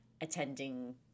attending